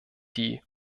die